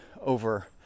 over